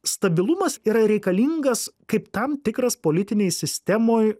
stabilumas yra reikalingas kaip tam tikras politinėj sistemoj